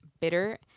bitter